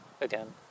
again